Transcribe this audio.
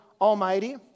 Almighty